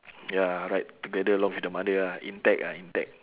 ya ride together along with the mother ah intact ah intact